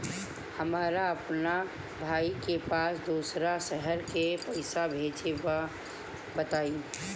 हमरा अपना भाई के पास दोसरा शहर में पइसा भेजे के बा बताई?